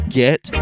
get